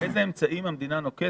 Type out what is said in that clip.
אני רוצה לדעת איזה אמצעים המדינה נוקטת